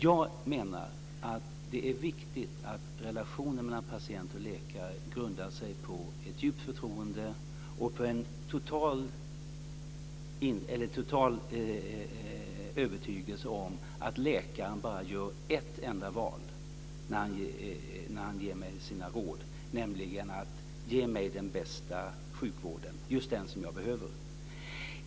Jag menar att det är viktigt att relationen mellan patient och läkare grundar sig på ett djupt förtroende och på en total övertygelse om att läkaren bara gör ett enda val när han eller hon ger mig sina råd, nämligen att ge mig den bästa sjukvården, just den som jag behöver.